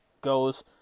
goes